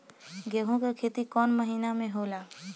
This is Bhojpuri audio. गेहूं के खेती कौन महीना में होला?